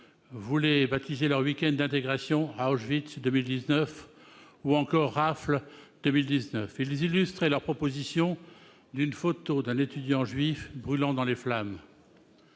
voulaient baptiser leur week-end d'intégration « Auschwitz 2019 » ou encore « Rafle 2019 ». Ils illustraient leur proposition d'une photo d'un étudiant juif brûlant dans les flammes.